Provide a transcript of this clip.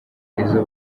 izo